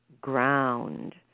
ground